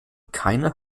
keine